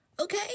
Okay